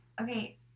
okay